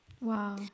Wow